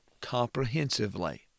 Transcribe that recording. comprehensively